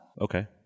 Okay